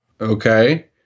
Okay